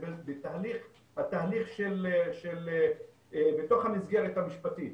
התהליך בתוך המסגרת המשפטית,